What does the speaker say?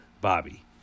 Bobby